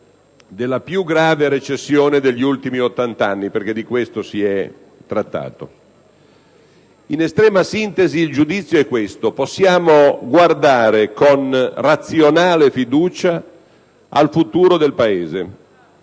della più grave recessione degli ultimi ottant'anni (perché di questo si è trattato). In estrema sintesi, il giudizio è che possiamo guardare con razionale fiducia al futuro del Paese.